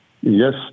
Yes